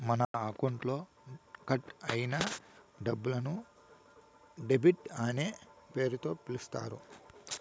మన అకౌంట్లో కట్ అయిన డబ్బులను డెబిట్ అనే పేరుతో పిలుత్తారు